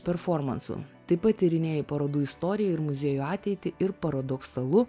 performansu taip pat tyrinėji parodų istoriją ir muziejų ateitį ir paradoksalu